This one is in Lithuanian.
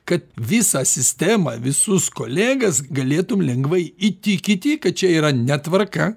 kad visą sistemą visus kolegas galėtum lengvai įtikinti kad čia yra netvarka